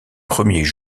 premiers